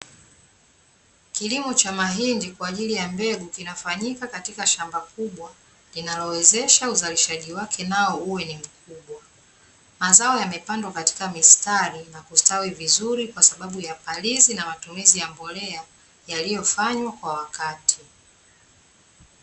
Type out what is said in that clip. Kilimo cha mahindi kwa ajili ya mbegu kinafanyika katika shamba kubwa linalowezesha uzalishaji wake nao uwe ni mkubwa, mazao yamepandwa katika mistari na kustawi vizuri kwa sababu ya palizi na matumizi ya mbolea yaliyofanywa kwa wakati.